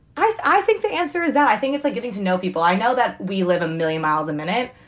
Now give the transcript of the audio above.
i i think the answer is that i think it's like getting to know people. i know that we live a million miles a minute.